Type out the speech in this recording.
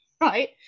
right